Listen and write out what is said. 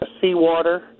seawater